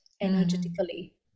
energetically